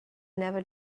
never